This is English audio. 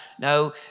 No